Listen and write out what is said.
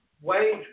wage